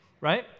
right